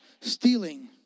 Stealing